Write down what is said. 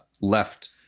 left